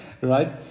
Right